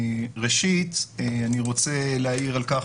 ראשית אני רוצה להעיר על כך